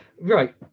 right